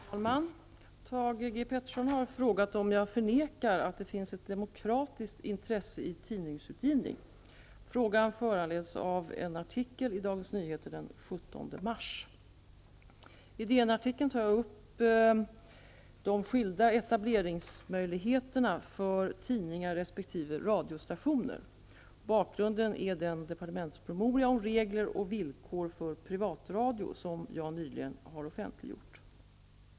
Herr talman! Thage G Peterson har frågat om jag förnekar att det finns ett demokratiskt intresse i tidningsutgivning. Frågan föranleds av en artikel i I DN-artikeln tar jag bl.a. upp de skilda etableringsmöjligheterna för tidningar resp. radiostationer. Bakgrunden är den departementspromemoria om regler och villkor för privatradio som jag nyligen har offentliggjort.